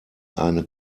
eine